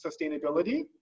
sustainability